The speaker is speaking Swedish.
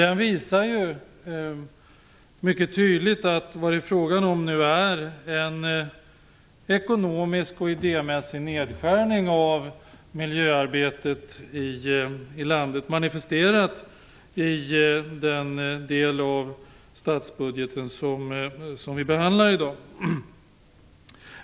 Det visar mycket tydligt att de nu är fråga om en ekonomisk och idémässig nedskärning av miljöarbetet i landet, manifesterat i den del av statsbudgeten som vi behandlar i dag.